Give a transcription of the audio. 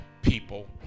People